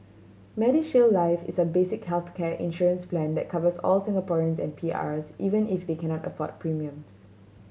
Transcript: MediShield Life is a basic healthcare insurance plan that covers all Singaporeans and P Rs even if they cannot afford premiums